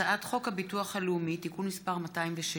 הצעת חוק הביטוח הלאומי (תיקון מס' 207)